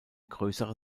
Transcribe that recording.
größere